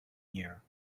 year